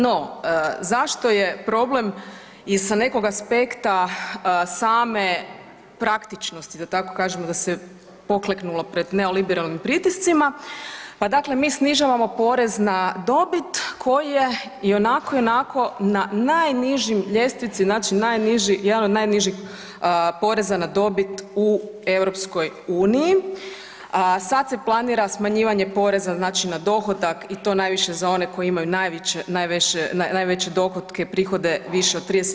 No zašto je probleme i sa nekog aspekta same praktičnosti da tako kažemo da se pokleknulo pred neoliberalnim pritiscima, pa dakle mi snižavamo porez na dobit koje i onako i onako na najnižoj ljestvici, znači jedan od najnižih poreza na dobit u EU, a sada se planira smanjivanje poreza na dohodak i to najviše za one koji imaju najveće dohotke prihode više od 30.